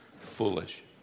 foolish